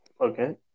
Okay